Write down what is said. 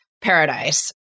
paradise